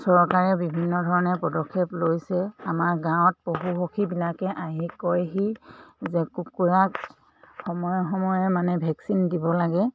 চৰকাৰে বিভিন্ন ধৰণে পদক্ষেপ লৈছে আমাৰ গাঁৱত পশু পক্ষীবিলাকে আহি কয়হি যে কুকুৰাক সময়ে সময়ে মানে ভেকচিন দিব লাগে